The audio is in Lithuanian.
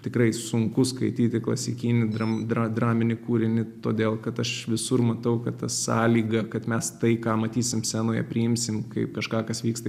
tikrai sunku skaityti klasikinį dram draminį kūrinį todėl kad aš visur matau kad tas sąlyga kad mes tai ką matysim scenoje priimsim kaip kažką kas vyksta